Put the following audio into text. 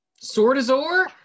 Swordazor